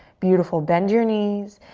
beautiful, bend your knees,